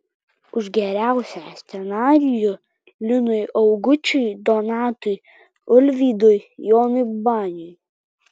už geriausią scenarijų linui augučiui donatui ulvydui jonui baniui